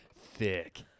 thick